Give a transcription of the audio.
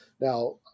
Now